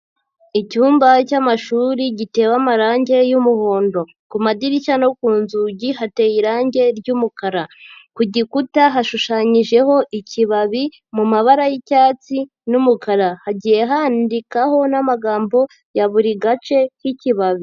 Icyumba cy'amashuri gitewe amarangi y'umuhondo, ku madirishya no ku nzugi hateye irangi ry'umukara, ku gikuta hashushanyijeho ikibabi mu mabara y'icyatsi n'umukara, hagiye handikaho n'amagambo ya buri gace k'ikibabi.